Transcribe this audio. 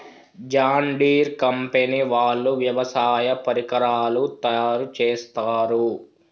John Deere company వాళ్ళు వ్యవసాయ పరికరాలు తయారుచేస్తారు